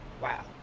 wow